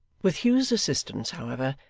with hugh's assistance, however,